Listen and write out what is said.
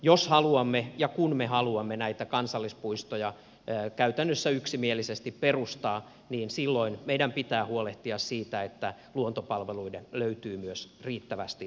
jos haluamme ja kun me haluamme näitä kansallispuistoja käytännössä yksimielisesti perustaa niin silloin meidän pitää huolehtia siitä että luontopalveluille löytyy myös riittävästi rahoitusta